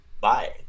bye